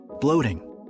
bloating